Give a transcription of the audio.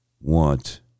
want